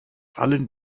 allen